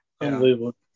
unbelievable